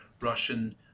Russian